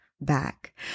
back